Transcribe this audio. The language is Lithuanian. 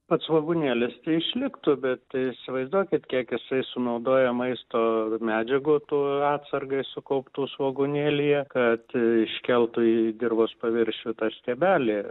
pats svogūnėlis tai išliktų bet įsivaizduokit kiek jisai sunaudojo maisto medžiagų tų atsargai sukauptų svogūnėlyje kad iškeltų į dirvos paviršių tą stiebelį